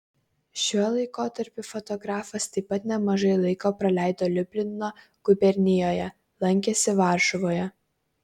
šiuo laikotarpiu fotografas taip pat nemažai laiko praleido liublino gubernijoje lankėsi varšuvoje